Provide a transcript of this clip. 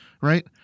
right